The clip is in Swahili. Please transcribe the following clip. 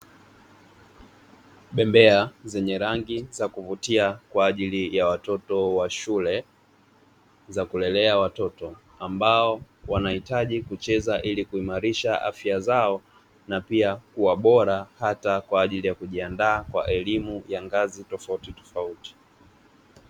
Bembea zenye rangi za kuvutia kwa ajili ya watoto wa shule, za kulelea watoto ambao wanahitaji kucheza ili kuimarisha afya zao, na pia kuwa bora hata kwa ajili ya kujiandaa kwa elimu ya ngazi tofautitofauti.